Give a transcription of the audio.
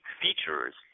features